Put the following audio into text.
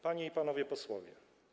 Panie i Panowie Posłowie!